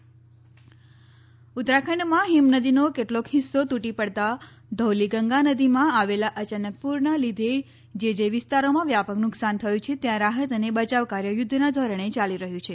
ઉત્તરાખંડ ઉત્તરાખંડમાં હિમનદીનો કેટલોક હિસ્સો તૂટી પડતા ધૌલીગંગા નદીમાં આવેલા અયાનક પુરના લીધે જે જે વિસ્તારોમાં વ્યાપક નુકશાન થયું છે ત્યાં રાહત અને બયવા કાર્ય યુદ્ધના ધોરણે ચાલી રહ્યું છે